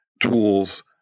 tools